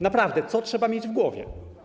Naprawdę, co trzeba mieć w głowie?